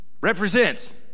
Represents